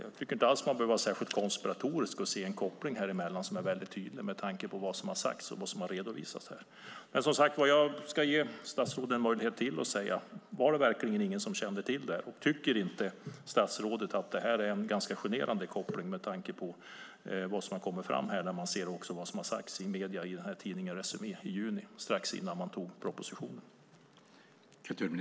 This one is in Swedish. Man behöver inte vara särskilt konspiratorisk för att se den kopplingen med tanke på vad som har sagts och redovisats. Jag ska ge statsrådet möjligheten att svara på frågan: Var det verkligen ingen som kände till detta? Tycker inte statsrådet att det är en ganska generande koppling med tanke på vad som har kommit fram i medierna och som man kan läsa i tidningen Resumé i juni, strax innan man lade fram propositionen?